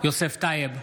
יוסף טייב,